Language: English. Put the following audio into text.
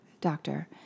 doctor